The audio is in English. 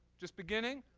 just beginning,